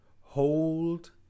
Hold